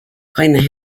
claimed